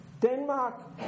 Denmark